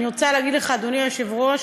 אני רוצה להגיד לך, אדוני היושב-ראש,